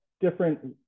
different